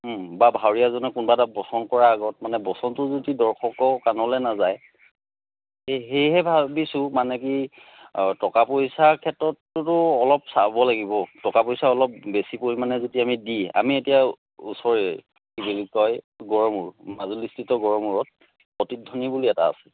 বা ভাৱৰীয়াজনে কোনোবা এটা বচন কৰাৰ আগত মানে বচনটো যদি দৰ্শকৰ কাণলৈ নাযায় এই সেয়েহে ভাবিছোঁ মানে কি আৰু টকা পইচাৰ ক্ষেত্ৰতটোতো অলপ চাব লাগিব টকা পইচা অলপ বেছি পৰিমাণে যদি আমি দি আমি এতিয়া ওচৰৰেই কি বুলি কয় গড়মূৰ মাজুলী স্থিত গড়মূৰত প্ৰতিধ্বনি বুলি এটা আছে